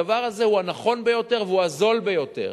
הדבר הזה הוא הנכון ביותר והוא הזול ביותר.